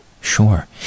sure